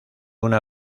una